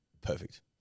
Perfect